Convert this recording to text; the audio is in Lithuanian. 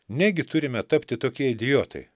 negi turime tapti tokie idiotai